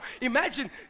Imagine